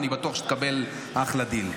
אני בטוח שתקבל אחלה דיל.